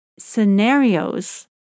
scenarios